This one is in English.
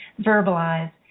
verbalize